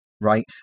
Right